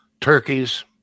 turkeys